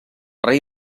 rei